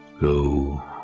Go